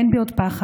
אין בי עוד פחד.